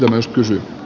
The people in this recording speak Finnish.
arvoisa puhemies